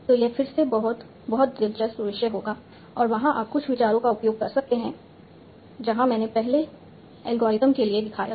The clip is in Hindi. तो यह फिर से बहुत बहुत दिलचस्प विषय होगा और वहां आप कुछ विचारों का उपयोग कर सकते हैं जहां मैंने पहले एल्गोरिथ्म के लिए दिखाया था